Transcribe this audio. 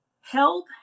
health